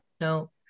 No